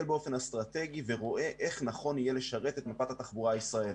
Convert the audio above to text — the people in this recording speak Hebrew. באופן אסטרטגי ורואה איך נכון יהיה לשרת את מפת התחבורה הישראלית.